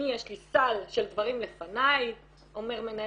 אני יש לי סל של דברים לפניי אומר מנהל